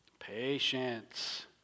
patience